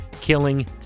killing